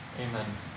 Amen